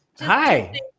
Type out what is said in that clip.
Hi